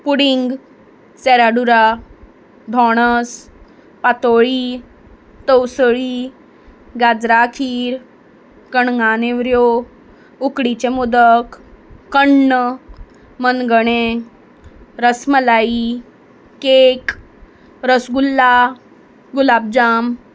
pudding सेराडुरा धोणस पातोळी तवसळी गाजरा खीर कणगा नेवऱ्यो उकडीचें मोदक कण्ण मनगणें रसमलाई केक रसगुल्ला गुलाब जाम